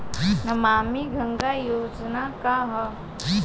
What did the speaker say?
नमामि गंगा योजना का ह?